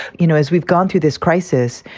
you know, as we've gone through this crisis,